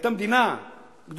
היתה מדינה גדולה,